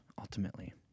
ultimately